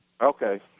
Okay